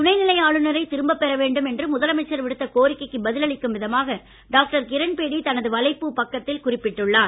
துணைநிலை ஆளுநரை திரும்ப பெற வேண்டும் என்று முதலமைச்சர் விடுத்த கோரிக்கைக்கு பதில் அளிக்கும் விதமாக டாக்டர் கிரண் பேடி தனது வலைப்பூ பக்கத்தில் குறிப்பிட்டுள்ளார்